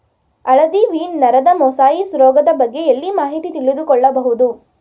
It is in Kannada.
ಹಳದಿ ವೀನ್ ನರದ ಮೊಸಾಯಿಸ್ ರೋಗದ ಬಗ್ಗೆ ಎಲ್ಲಿ ಮಾಹಿತಿ ತಿಳಿದು ಕೊಳ್ಳಬಹುದು?